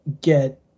get